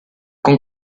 con